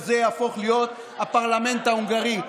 וזה יהפוך להיות הפרלמנט ההונגרי.